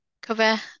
cover